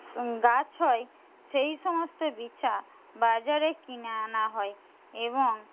গাছ হয় সেই সমস্ত বীচা বাজারে কিনে আনা হয় এবং